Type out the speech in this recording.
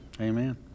Amen